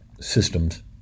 systems